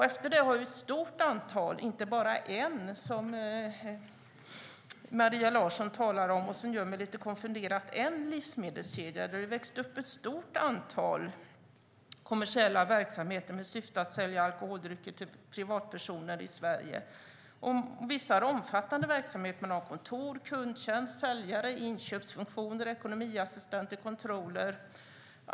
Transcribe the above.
Efter det har ett stort antal livsmedelskedjor - inte bara en, som Maria Larsson säger, vilket gör mig lite konfunderad - växt upp, kommersiella verksamheter med syfte att sälja alkoholdrycker till privatpersoner i Sverige. Vissa av dem har omfattande verksamhet i form av kontor med kundtjänst, säljare, inköpsfunktion, ekonomiassistenter, controllrar.